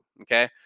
okay